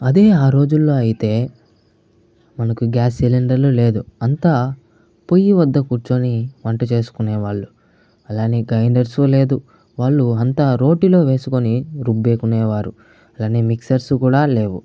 అదే ఆ రోజుల్లో అయితే మనకు గ్యాస్ సిలిండర్లు లేదు అంతా పొయ్యి వద్ద కుర్చొని వంట చేసుకునే వాళ్ళు అలాగే గ్రైండర్సు లేదు వాళ్ళు అంతా రోటిలో వేసుకొని రుబ్బుకునే వారు కానీ మిక్సర్స్ కూడా లేవు